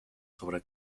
sobre